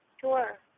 Sure